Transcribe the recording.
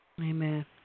Amen